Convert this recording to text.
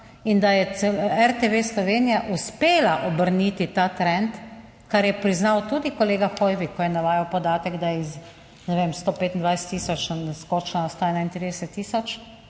in da je RTV Slovenija uspela obrniti ta trend, kar je priznal tudi kolega Hoivik, ko je navajal podatek, da je iz, ne vem, 125 tisoč skočila 131 tisoč,